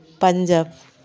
Punjab